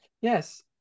Yes